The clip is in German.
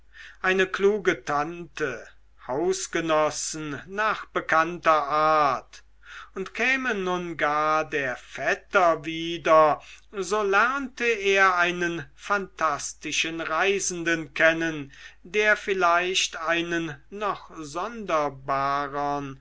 eine kluge tante hausgenossen nach bekannter art und käme nun gar der vetter wieder so lernte er einen phantastischen reisenden kennen der vielleicht einen noch sonderbarern